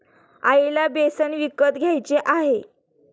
आईला बेसन विकत घ्यायचे आहे